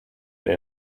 they